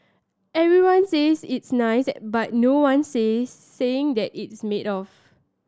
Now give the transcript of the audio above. everyone says it's nice but no one's says saying that it's made of